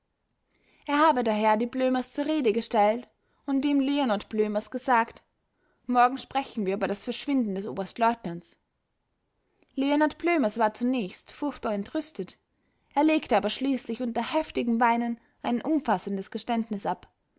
er habe daher die blömers zur rede gestellt und dem leonard blömers gesagt morgen sprechen wir über das verschwinden des oberstleutnants leonard blömers war zunächst furchtbar entrüstet er legte aber schließlich unter heftigem weinen ein umfassendes geständnis ab